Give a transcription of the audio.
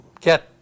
get